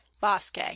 Basque